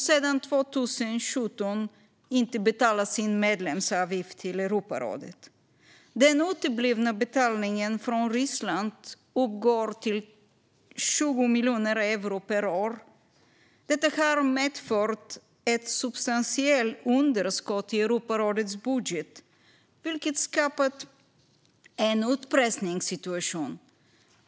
Sedan 2017 betalar man inte heller sin medlemsavgift till Europarådet. Den uteblivna betalningen från Ryssland uppgår till 20 miljoner euro per år. Detta har medfört ett substantiellt underskott i Europarådets budget, vilket skapat en utpressningssituation.